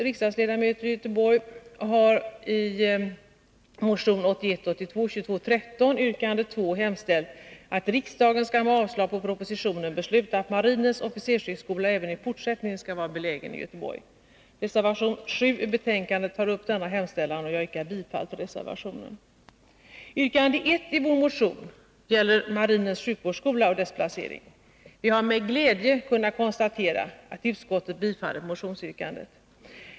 Reservation 7 vid betänkandet tar upp denna hemställan, och jag yrkar bifall till reservationen. Yrkande 1 i vår motion gäller marinens sjukvårdsskola och dess placering. Vi har med glädje kunnat konstatera att utskottet tillstyrkt motionsyrkandet.